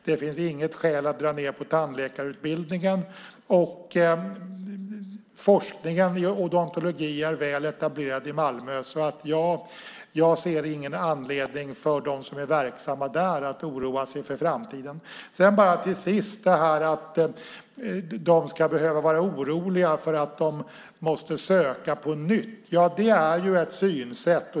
Det finns inget skäl att dra ned på tandläkarutbildningen. Forskningen i odontologi är väl etablerad i Malmö. Jag ser ingen anledning för dem som är verksamma där att oroas inför framtiden. Till sist vill jag säga något om det här att de skulle behöva vara oroliga för att de måste söka på nytt. Det är ett synsätt.